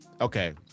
okay